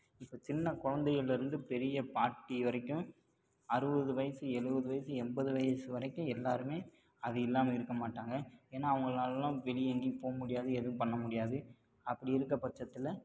இப்போ சின்ன குழந்தையிலருந்து பெரிய பாட்டி வரைக்கும் அறுபது வயசு எழுபது வயது எண்பது வயது வரைக்கும் எல்லோருமே அது இல்லாமல் இருக்க மாட்டாங்க ஏனால் அவங்களாலலாம் வெளியே எங்கையும் போக முடியாது எதுவும் பண்ண முடியாது அப்படி இருக்கப்பட்சத்தில்